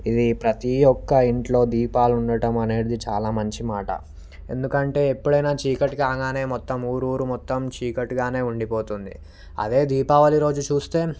ఇదీ ప్రతీ ఒక్క ఇంట్లో దీపాలు ఉండటం అనేటిది చాలా మంచి మాట ఎందుకంటే ఎప్పుడైనా చీకటి కాగానే మొత్తము ఊరు ఊరు మొత్తం చీకటిగానే ఉండిపోతుంది అదే దీపావళి రోజు చూస్తే